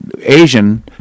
Asian